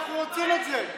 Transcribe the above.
כי אנחנו רוצים את זה.